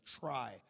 try